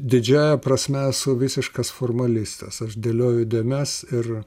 didžiąja prasme esu visiškas formalistas aš dėlioju dėmes ir